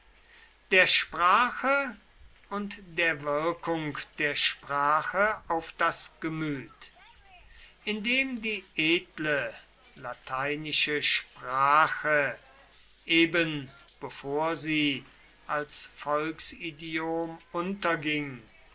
der sprache und der wirkung der sprache auf das gemüt indem die edle lateinische sprache eben bevor sie als volksidiom unterging